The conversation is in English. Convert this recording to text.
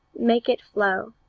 make it flow,